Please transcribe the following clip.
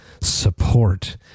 Support